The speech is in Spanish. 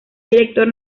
director